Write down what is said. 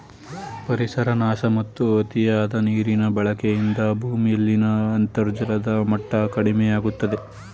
ಪರಿಸರ ನಾಶ ಮತ್ತು ಅತಿಯಾದ ನೀರಿನ ಬಳಕೆಯಿಂದ ಭೂಮಿಯಲ್ಲಿನ ಅಂತರ್ಜಲದ ಮಟ್ಟ ಕಡಿಮೆಯಾಗುತ್ತಿದೆ